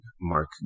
Mark